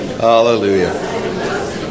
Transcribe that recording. Hallelujah